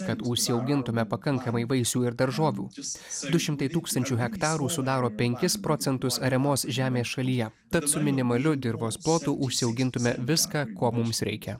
kad užsiaugintume pakankamai vaisių ir daržovių du šimtai tūkstančių hektarų sudaro penkis procentus ariamos žemės šalyje tad su minimaliu dirvos plotu užsiaugintume viską ko mums reikia